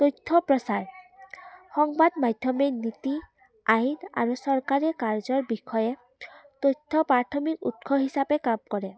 তথ্য প্ৰচাৰ সংবাদ মাধ্যমে নীতি আইন আৰু চৰকাৰে কাৰ্যৰ বিষয়ে তথ্য প্ৰাথমিক উৎস হিচাপে কাম কৰে